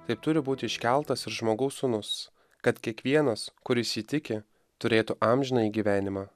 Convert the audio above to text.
taip turi būti iškeltas ir žmogaus sūnus kad kiekvienas kuris jį tiki turėtų amžinąjį gyvenimą